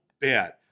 bad